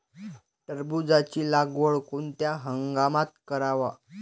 टरबूजाची लागवड कोनत्या हंगामात कराव?